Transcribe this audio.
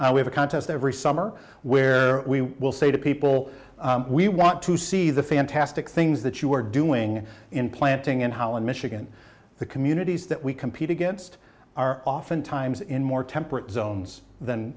and we have a contest every summer where we will say to people we want to see the fantastic things that you are doing in planting in holland michigan the communities that we compete against are often times in more temperate zones than